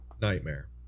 nightmare